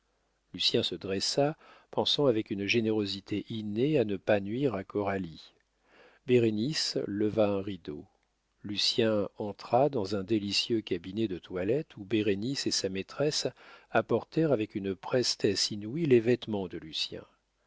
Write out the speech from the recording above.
lucien se dressa pensant avec une générosité innée à ne pas nuire à coralie bérénice leva un rideau lucien entra dans un délicieux cabinet de toilette où bérénice et sa maîtresse apportèrent avec une prestesse inouïe les vêtements de lucien